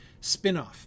Spinoff